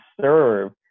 serve